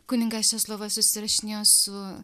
kunigas česlovas susirašinėjo su